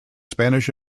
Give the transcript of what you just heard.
spanish